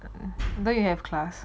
but you have class